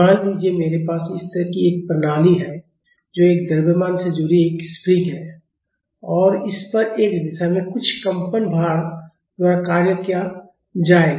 मान लीजिए मेरे पास इस तरह की एक प्रणाली है जो एक द्रव्यमान से जुड़ी एक स्प्रिंग है और इस पर x दिशा में कुछ कंपन भार द्वारा कार्य किया जाएगा